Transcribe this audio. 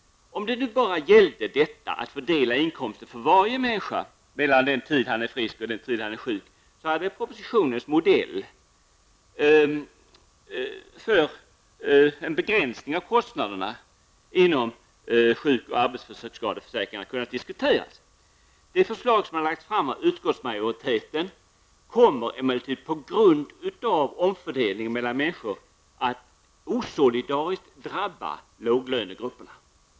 Om det endast gällde att fördela inkomsten för varje människa mellan den tid han är frisk och den tid han är sjuk, hade propositionens modell för en begränsning av kostnaderna inom sjuk och arbetsskadeförsäkringarna kunnat diskuteras. Det förslag som lagts fram av utskottsmajoriteten kommer emellertid på grund av omfördelningen mellan människor att osolidariskt drabba låglönegrupperna.